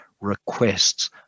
requests